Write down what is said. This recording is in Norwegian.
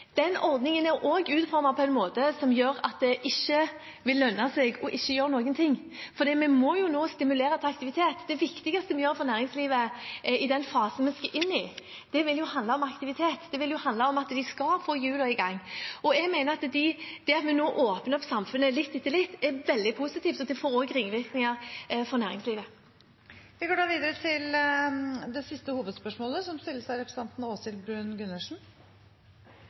den ordningen er også utformet på en måte som gjør at det ikke vil lønne seg ikke å gjøre noen ting, for vi må jo nå stimulere til aktivitet. Det viktigste vi vil gjøre for næringslivet i den fasen vi skal inn i, vil handle om aktivitet, det vil handle om at vi skal få hjulene i gang. Jeg mener at det at vi nå åpner samfunnet litt etter litt, er veldig positivt, og det får også ringvirkninger for næringslivet. Vi går videre til dagens siste